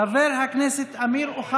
שני ראשים או שני שרים במשרד